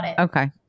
Okay